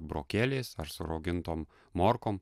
burokėliais ar su raugintom morkom